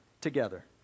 together